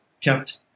kept